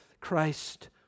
Christ